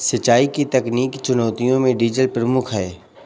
सिंचाई की तकनीकी चुनौतियों में डीजल प्रमुख है